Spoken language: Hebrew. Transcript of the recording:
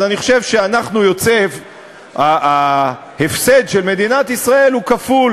אז אני חושב שההפסד של מדינת ישראל הוא כפול: